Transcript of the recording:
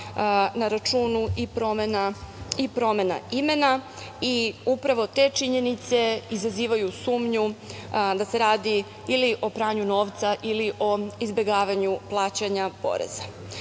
na računu i promena imena. Upravo te činjenice izazivaju sumnju da se radi ili o pranju novca, ili o izbegavanju plaćanja poreza. Osim